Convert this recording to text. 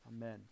amen